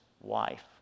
wife